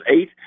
eight